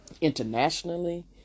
Internationally